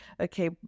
Okay